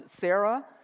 Sarah